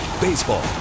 Baseball